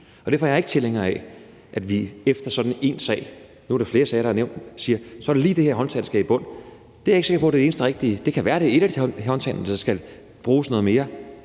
Derfor er jeg ikke tilhænger af, at vi efter sådan en sag – nu er der flere sager, der er nævnt – siger: Så er det lige det her håndtag, der skal i bund. Det er jeg ikke sikker på er det eneste rigtige. Det kan være, at det er et af håndtagene, der skal bruges noget mere.